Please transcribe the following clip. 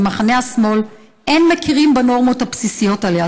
במחנה השמאל לא מכירים בנורמות הבסיסיות האלה,